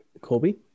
Colby